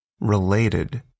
related